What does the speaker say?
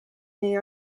nii